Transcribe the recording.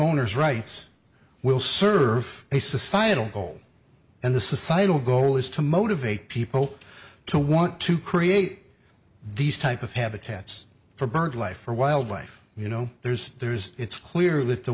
owners rights will serve a societal goal and the societal goal is to motivate people to want to create these type of habitats for bird life for wildlife you know there's there's it's clear that the